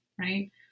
right